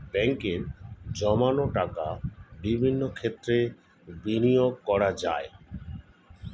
ব্যাঙ্কে জমানো টাকা বিভিন্ন ক্ষেত্রে বিনিয়োগ করা যায়